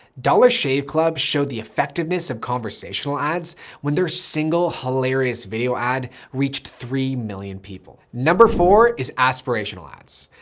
dollar shave club showed the effectiveness of conversational ads when their single hilarious video ad reached three million people. number four is aspirational ads.